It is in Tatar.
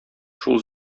шул